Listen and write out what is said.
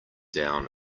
down